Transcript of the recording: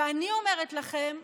ואני אומרת לכם,